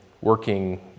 working